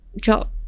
job